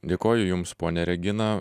dėkoju jums ponia regina